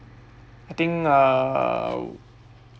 I think err